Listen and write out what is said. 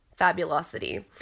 fabulosity